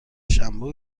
شنبه